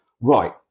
right